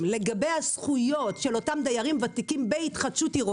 כזכאי לדיור ציבורי, לבין מצב שבו יש פוטנציאל